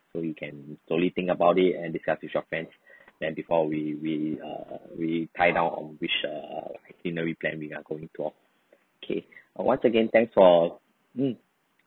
so you can slowly think about it and discuss with your friends then before we we err we tie down on which err itinerary plan we are going for K uh once again thanks for mm